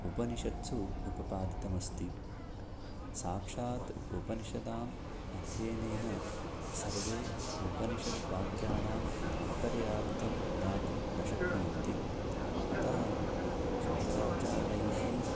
उपनिषत्सु उपपादितमस्ति साक्षात् उपनिषदाम् अध्ययनेन सर्वे उपनिषद् वाक्यानां तात्पर्यार्थं ज्ञातुं न शक्नुवन्ति अतः शङ्कराचार्यैः